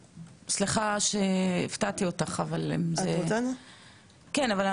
אני רוצה שזה יהיה מחובר כדי שאני אוכל